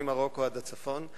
ממרוקו עד הצפון.